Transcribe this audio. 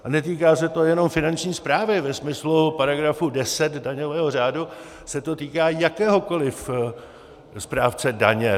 A netýká se to jenom Finanční správy, ve smyslu § 10 daňového řádu se to týká jakéhokoliv správce daně.